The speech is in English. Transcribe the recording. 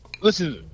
listen